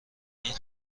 این